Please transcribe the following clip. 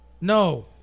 no